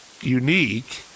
unique